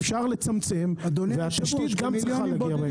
אפשר לצמצם, וגם התשתית צריכה להגיע.